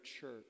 church